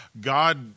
God